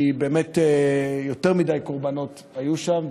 כי באמת יותר מדי קורבנות היו שם.